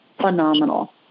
phenomenal